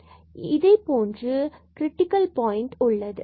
எனவே இதை போன்று ஒரு கிரிட்டிக்கல் பாயின்ட் உள்ளது